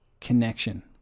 connection